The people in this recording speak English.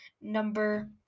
Number